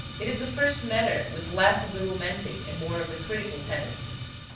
it is the first manner with less of the romantic and more of the critical tendencies.